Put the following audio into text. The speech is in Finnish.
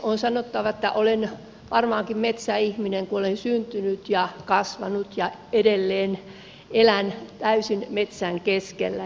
on sanottava että olen varmaankin metsäihminen kun olen syntynyt ja kasvanut ja edelleen elän täysin metsän keskellä